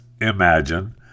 Imagine